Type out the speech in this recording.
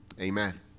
Amen